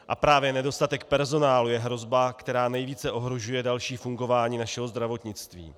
A právě nedostatek personálu je hrozba, která nejvíce ohrožuje další fungování našeho zdravotnictví.